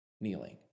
kneeling